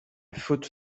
foot